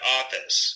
office